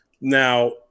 Now